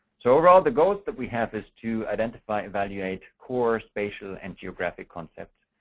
so overall the goals that we have is to identify, evaluate, core, spatial, and geographic concepts,